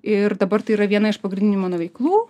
ir dabar tai yra viena iš pagrindinių mano veiklų